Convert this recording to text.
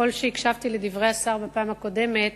שככל שהקשבתי לדברי השר בפעם הקודמת,